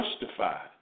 justified